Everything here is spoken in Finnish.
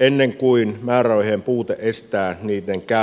ennen kuin määrärahojen puute estää niiden käyttöä